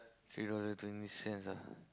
three dollar twenty cents ah